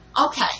Okay